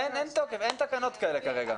אין תוקף, אין תקנות כאלה כרגע.